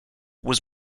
was